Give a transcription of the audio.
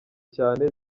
cyane